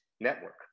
network